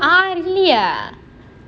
ah really ya